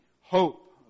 hope